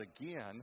again